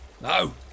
No